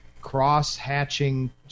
cross-hatching